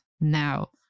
Now